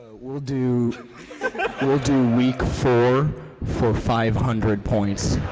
we'll do we'll do week four for five hundred points.